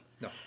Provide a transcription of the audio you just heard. No